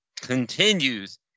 continues